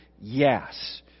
yes